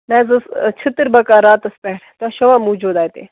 مےٚ حظ ٲسۍ چھٔتٕر بَکار راتَس پٮ۪ٹھ تۄہہِ چھَوا موٗجوٗد اَتہِ